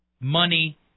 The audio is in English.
money